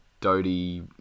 Dodie